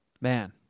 Man